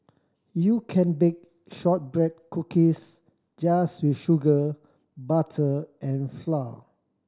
you can bake shortbread cookies just with sugar butter and flour